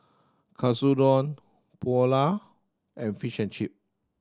Katsudon Pulao and Fish and Chip